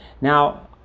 Now